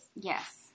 Yes